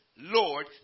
Lord